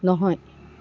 নহয়